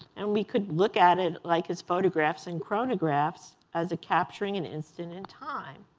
and we could look at it like his photographs and chronographs as capturing an instant in time.